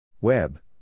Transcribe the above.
Web